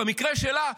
במקרה שלה,